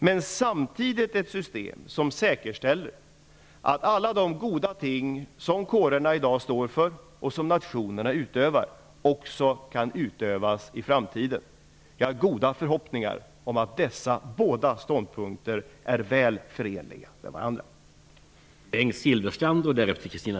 Men det skall samtidigt vara ett system som säkerställer att alla de goda ting som kårerna i dag står för och som nationerna utövar också kan utövas i framtiden. Jag har goda förhoppningar om att dessa båda ståndpunkter är väl förenliga med varandra.